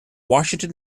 washington